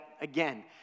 again